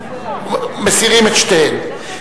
מסירים את שתיהן.